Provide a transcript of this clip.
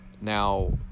Now